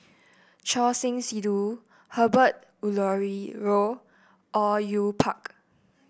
Choor Singh Sidhu Herbert Eleuterio Au Yue Pak